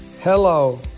Hello